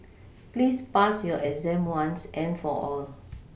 please pass your exam once and for all